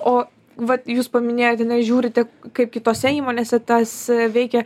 o vat jūs paminėjot a ne žiūrite kaip kitose įmonėse tas veikia